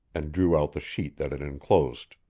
and drew out the sheet that it inclosed.